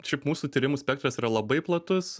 šiaip mūsų tyrimų spektras yra labai platus